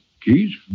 Keys